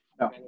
No